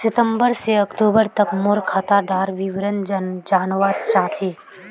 सितंबर से अक्टूबर तक मोर खाता डार विवरण जानवा चाहची?